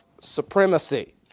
Supremacy